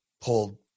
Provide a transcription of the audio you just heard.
pulled